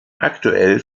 aktuell